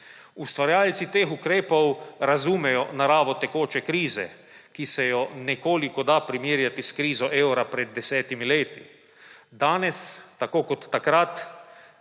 Ustvarjalci teh ukrepov razumejo naravo tekoče krize, ki se jo nekoliko da primerjati s krizo evra pred desetimi leti. Danes, tako kot takrat,